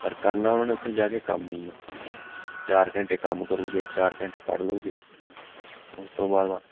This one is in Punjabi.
ਪਰ ਕਰਨਾ ਉਹਨਾਂ ਨੇ ਉੱਥੇ ਜਾ ਕੇ ਕੰਮ ਹੀ ਆ ਚਾਰ ਘੰਟੇ ਕੰਮ ਕਰੂਗੇ ਚਾਰ ਘੰਟੇ ਪੜ੍ਹ ਲਊਗੇ ਉਸ ਤੋਂ ਬਾਅਦ ਬਸ